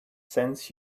sends